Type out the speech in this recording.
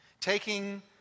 taking